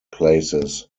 places